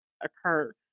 occurred